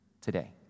today